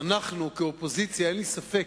אנחנו כאופוזיציה, אין לי ספק,